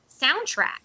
soundtrack